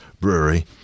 Brewery